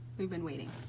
we've been waiting.